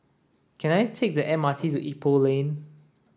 can I take the M R T to Ipoh Lane